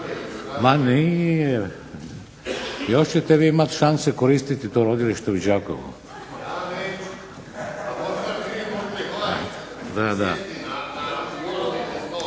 Ma nije. Još ćete vi imati šanse koristiti to rodilište u Đakovu.